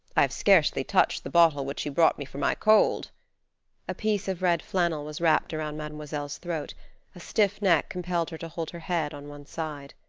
i have scarcely touched the bottle which you brought me for my cold a piece of red flannel was wrapped around mademoiselle's throat a stiff neck compelled her to hold her head on one side.